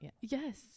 Yes